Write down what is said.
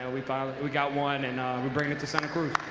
ah we we got one, and we're bringing it to santa cruz.